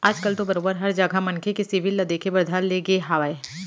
आज कल तो बरोबर हर जघा मनखे के सिविल ल देखे बर धर ले गे हावय